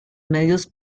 medios